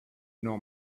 know